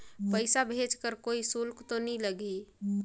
पइसा भेज कर कोई शुल्क तो नी लगही?